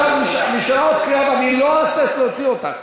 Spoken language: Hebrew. --- נשארה עוד קריאה ואני לא אהסס להוציא אותך.